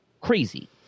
crazy